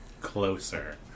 closer